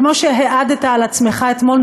כמו שהעדת על עצמך אתמול,